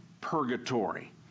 purgatory